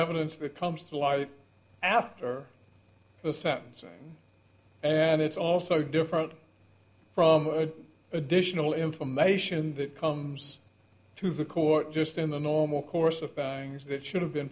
evidence that comes to life after a sentence and it's also different from additional information that comes to the court just in the normal course of years that should have been